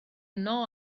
yno